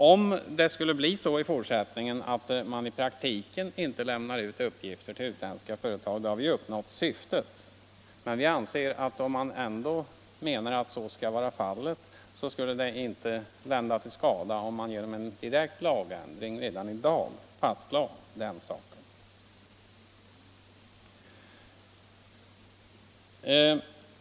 Om det skulle bli så i fortsättningen att man i praktiken inte lämnar ut uppgifter till utländska företag har vi uppnått syftet. Men om man anser att uppgifter inte skall lämnas till utländska företag skulle det, menar vi, inte lända till skada om man redan i dag genom en direkt lagändring fastlade den saken.